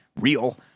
real